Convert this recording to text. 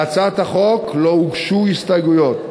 להצעת החוק לא הוגשו הסתייגויות.